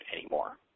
anymore